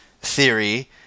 theory